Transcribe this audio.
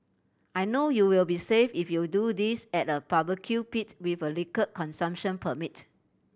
I know you will be safe if you do this at a barbecue pit with a liquor consumption permit